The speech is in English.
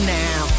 now